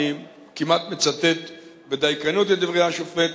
אני כמעט מצטט בדייקנות את דברי השופט,